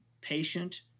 patient